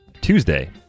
Tuesday